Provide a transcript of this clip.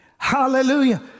Hallelujah